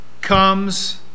comes